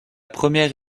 première